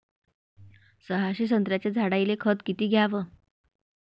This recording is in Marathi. सहाशे संत्र्याच्या झाडायले खत किती घ्याव?